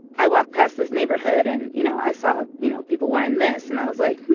i walked past this neighborhood. and, you know, i saw, you know, people wearing this. and i was like,